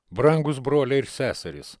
brangūs broliai ir seserys